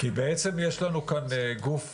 כי בעצם יש לנו כאן גוף